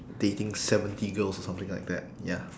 dating seventy girls or something like that ya